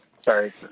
sorry